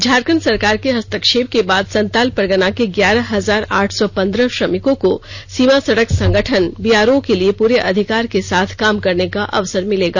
झारखंड सरकार के हस्तक्षेप के बाद संताल परगना के ग्यारह हजार आठ सौ पंद्रह श्रमिकों को सीमा सडक संगठन बीआरओ के लिए पूरे अधिकार के साथ काम करने का अवसर मिलेगा